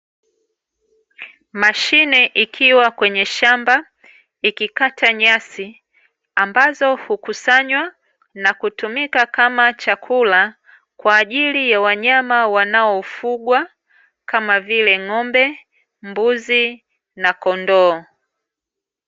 Mashine ikiwa kwenye shamba, ikikata nyasi ambazo hukusanywa, na kutumika kama chakula kwa ajili ya wanyama wanaofugwa, kama vile ng'ombe, mbuzi na kondoo.